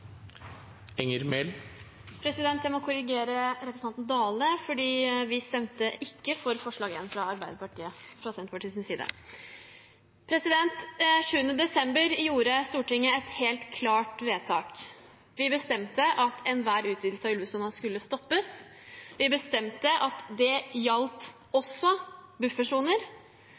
Jeg må korrigere representanten Dale. Senterpartiet stemte ikke for forslag nr. 1, fra Arbeiderpartiet. Den 7. desember gjorde Stortinget et helt klart vedtak. Vi bestemte at enhver utvidelse av ulvesonen skulle stoppes, vi bestemte at det gjaldt også buffersoner,